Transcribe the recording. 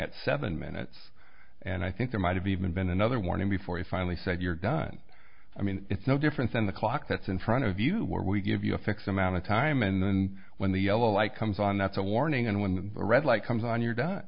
at seven minutes and i think there might have even been another warning before he finally said you're done i mean it's no different than the clock that's in front of you where we give you a fixed amount of time and then when the yellow light comes on that's a warning and when the red light comes on you're d